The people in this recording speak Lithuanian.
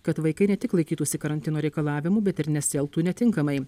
kad vaikai ne tik laikytųsi karantino reikalavimų bet ir nesielgtų netinkamai